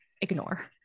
ignore